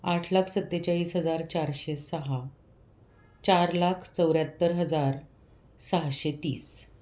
आठ लाख सत्तेचाळीस हजार चारशे सहा चार लाख चौऱ्याहत्तर हजार सहाशे तीस